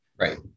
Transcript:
Right